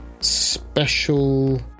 special